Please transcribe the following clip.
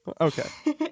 Okay